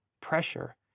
pressure